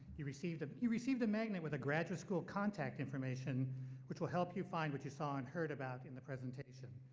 you received you received a magnet with the graduate school contact information which will help you find what you saw and heard about in the presentation.